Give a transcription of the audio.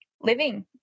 living